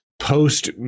Post